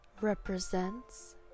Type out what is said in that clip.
represents